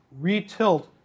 retilt